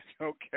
okay